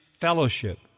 fellowship